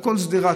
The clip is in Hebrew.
על כל השדרה,